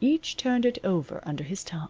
each turned it over under his tongue